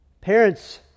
Parents